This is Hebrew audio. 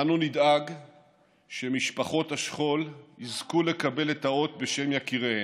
אנו נדאג שמשפחות השכול יזכו לקבל את האות בשם יקיריהן.